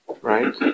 Right